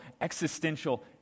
existential